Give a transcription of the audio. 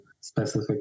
specific